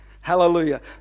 Hallelujah